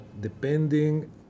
depending